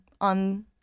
on